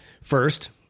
First